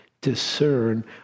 discern